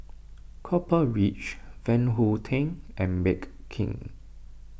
Copper Ridge Van Houten and Bake King